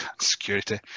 Security